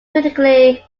critically